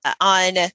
on